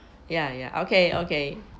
ya ya okay okay